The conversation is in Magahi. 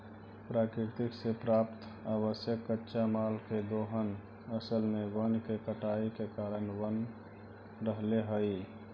प्रकृति से प्राप्त आवश्यक कच्चा माल के दोहन असल में वन के कटाई के कारण बन रहले हई